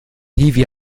hiwi